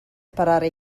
sparare